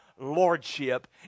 lordship